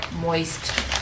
moist